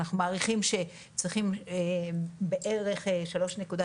אנחנו מעריכים שצריכים בערך שלוש נקודה